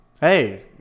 Hey